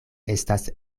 estas